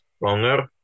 longer